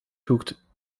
zoekt